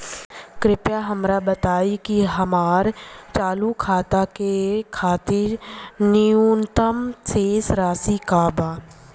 कृपया हमरा बताइ कि हमार चालू खाता के खातिर न्यूनतम शेष राशि का बा